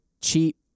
cheap